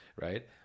Right